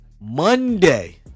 Monday